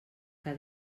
que